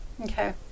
Okay